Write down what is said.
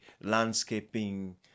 landscaping